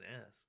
ask